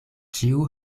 ĉiu